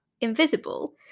invisible